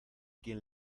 quien